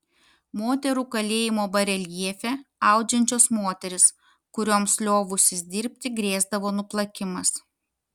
moterų kalėjimo bareljefe audžiančios moterys kurioms liovusis dirbti grėsdavo nuplakimas